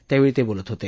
त्यावेळी ते बोलत होते